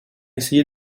essayé